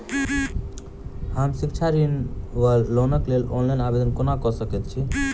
हम शिक्षा ऋण वा लोनक लेल ऑनलाइन आवेदन कोना कऽ सकैत छी?